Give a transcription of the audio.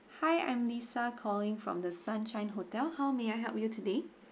hi I'm lisa calling from the sunshine hotel how may I help you today